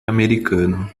americano